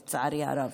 לצערי הרב.